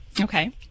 Okay